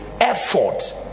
effort